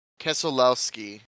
Keselowski